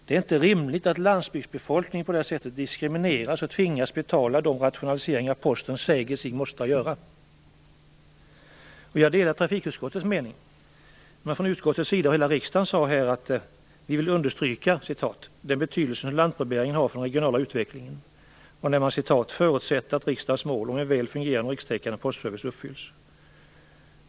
Det är inte rimligt att landsbygdsbefolkningen på det här sättet diskrimineras och tvingas betala de rationaliseringar Posten säger sig vara tvungen att göra. Jag delar trafikutskottets mening. Från trafikutskottets och hela riksdagens sida sades att man ville understryka den betydelse som lantbrevbäringen har för den regionala utvecklingen. Man förutsatte att riksdagens mål om en väl fungerande rikstäckande postservice uppfylls.